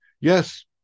Yes